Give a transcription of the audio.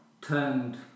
turned